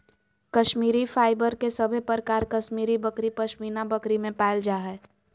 Kashmiri fibre के सभे प्रकार कश्मीरी बकरी, पश्मीना बकरी में पायल जा हय